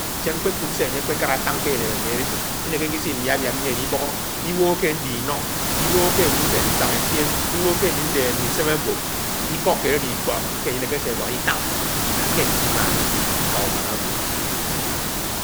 Sé ñkpékúd ke añye ákpe ákálá atáng ke elém ami adede inékéké isé iwiáwiád ñyieñ ibọhó, iwohò ké añdé ino, iwóhó ke ami nse nsanga essien, iwóhó ke ami nde nlisémé agwo iko kéed itáng da ke ansi imáhá iná ákáng agwo.